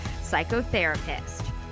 psychotherapist